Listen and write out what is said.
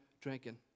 Drinking